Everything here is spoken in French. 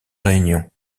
réunions